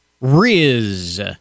Riz